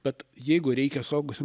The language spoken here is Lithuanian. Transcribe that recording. bet jeigu reikia suaugusiem